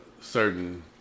certain